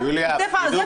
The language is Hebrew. זה פשלה.